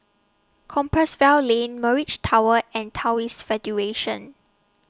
Compassvale Lane Mirage Tower and Taoist Federation